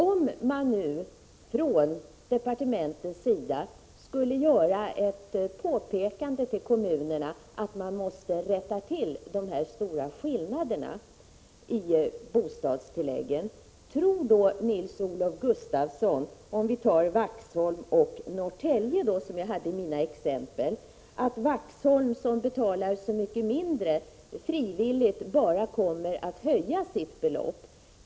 Om man från departementets sida skulle göra ett påpekande till kommunerna att de måste rätta till de här stora skillnaderna i bostadstilläggen, tror Nils-Olof Gustafsson — om vi tar Vaxholm och Norrtälje som jag hade i mitt exempel — att Vaxholm, som betalar så mycket mindre, frivilligt bara kommer att höja sitt belopp?